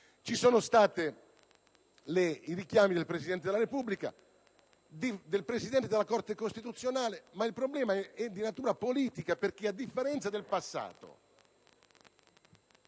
Ci sono stati i richiami del Presidente della Repubblica e del Presidente della Corte costituzionale, ma il problema è di natura politica, perché a differenza del passato